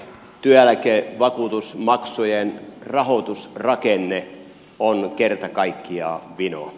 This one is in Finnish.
työeläkevakuutusmaksujen rahoitusrakenne on kerta kaikkiaan vino